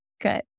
Good